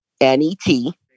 N-E-T